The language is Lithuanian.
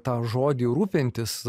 tą žodį rūpintis